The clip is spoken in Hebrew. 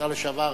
השר לשעבר.